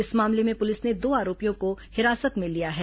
इस मामले में पुलिस ने दो आरोपियों को हिरासत में लिया है